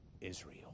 Israel